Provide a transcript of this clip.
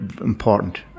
important